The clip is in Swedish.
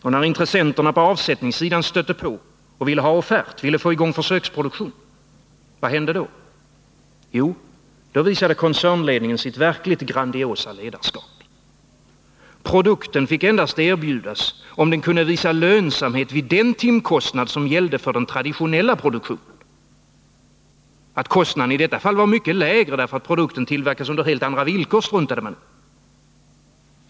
Och när intressenterna på avsättningssidan stötte på och ville ha offert och få i gång försöksproduktionen — vad hände då? Jo, då visade koncernledningen sitt verkligt grandiosa ledarskap. Produkten fick endast erbjudas, om den kunde visa lönsamhet vid den timkostnad som gällde för den traditionella produktionen. Att kostnaden i detta fall var mycket lägre, därför att produkten tillverkas under helt andra villkor, struntade man i.